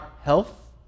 health